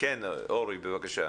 בבקשה.